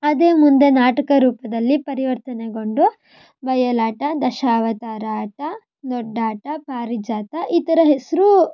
ಅದೇ ಮುಂದೆ ನಾಟಕ ರೂಪದಲ್ಲಿ ಪರಿವರ್ತನೆಗೊಂಡು ಬಯಲಾಟ ದಶಾವತಾರ ಆಟ ದೊಡ್ಡಾಟ ಪಾರಿಜಾತ ಈ ಥರ ಹೆಸರು